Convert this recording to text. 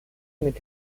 mit